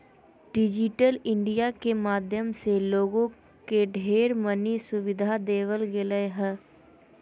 digital India के माध्यम से लोगों के ढेर मनी सुविधा देवल गेलय ह